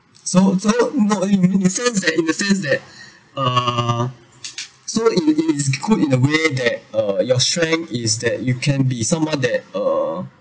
so so so no in a sense that in a sense that uh so it is good in a way that uh your strength is that you can be someone that uh